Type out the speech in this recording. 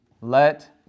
let